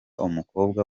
umukobwa